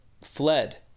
fled